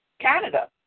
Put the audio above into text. Canada